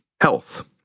Health